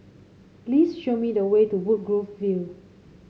please show me the way to Woodgrove View